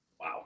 wow